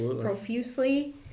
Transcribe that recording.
profusely